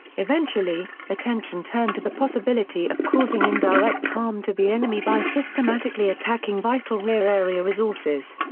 eventually, attention turned to the possibility of causing indirect harm to the enemy by systematically attacking vital rear-area resources.